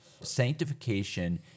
Sanctification